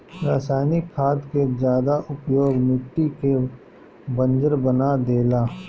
रासायनिक खाद के ज्यादा उपयोग मिट्टी के बंजर बना देला